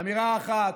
אמירה אחת: